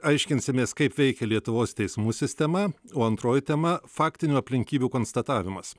aiškinsimės kaip veikia lietuvos teismų sistema o antroji tema faktinių aplinkybių konstatavimas